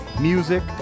music